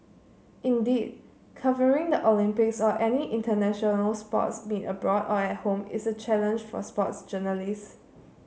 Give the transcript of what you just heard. indeed covering the Olympics or any international sports meet abroad or at home is a challenge for sports journalists